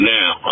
now